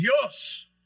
Dios